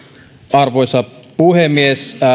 arvoisa puhemies